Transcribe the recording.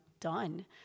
done